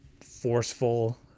forceful